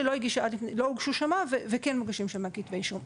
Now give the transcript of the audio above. שלא הוגשו שם וכן מוגשים עתה כתבי אישום.